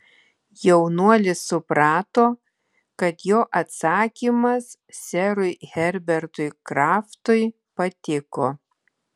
jaunuolis suprato kad jo atsakymas serui herbertui kraftui patiko